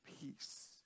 peace